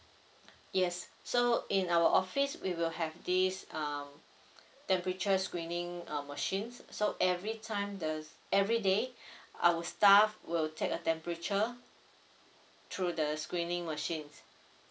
yes so in our office we will have this um temperature screening uh machines so every time the every day our staff will take a temperature through the screening machines